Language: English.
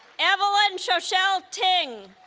evelyn shoshelle ting